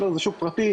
זה שוק פרטי,